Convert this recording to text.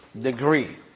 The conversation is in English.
degree